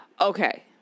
Okay